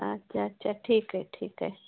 अच्छा अच्छा ठीक आहे ठीक आहे